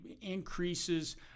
increases